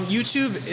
YouTube